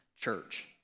church